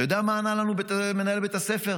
אתה יודע מה ענה לנו מנהל בית הספר?